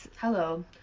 Hello